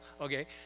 okay